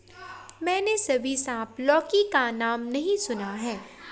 मैंने कभी सांप लौकी का नाम नहीं सुना है